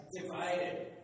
divided